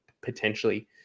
potentially